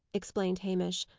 explained hamish.